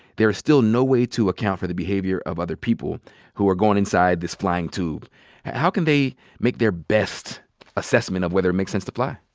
there is still no way to account for the behavior of other people who are going inside this flying tube. and how can they make their best assessment of whether it makes sense to fly?